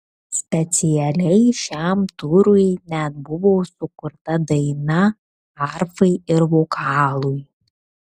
specialiai šiam turui net buvo sukurta daina arfai ir vokalui